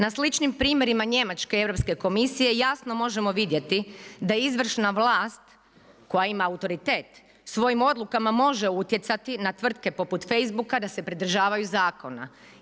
Na sličnim primjerima Njemačke, Europske komisije, jasno možemo vidjeti, da izvršna vlast koja ima autoritet, svojim odlukama može utjecati na tvrtke poput Facebooka, da se pridržavaju zakona.